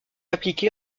appliquée